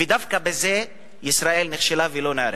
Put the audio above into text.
ודווקא בזה ישראל נכשלה ולא נערכת.